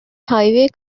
highway